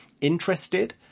Interested